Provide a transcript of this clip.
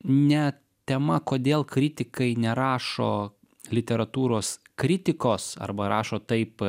ne tema kodėl kritikai nerašo literatūros kritikos arba rašo taip